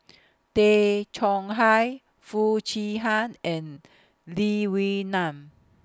Tay Chong Hai Foo Chee Han and Lee Wee Nam